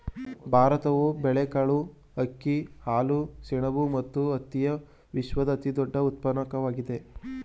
ಭಾರತವು ಬೇಳೆಕಾಳುಗಳು, ಅಕ್ಕಿ, ಹಾಲು, ಸೆಣಬು ಮತ್ತು ಹತ್ತಿಯ ವಿಶ್ವದ ಅತಿದೊಡ್ಡ ಉತ್ಪಾದಕವಾಗಿದೆ